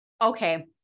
Okay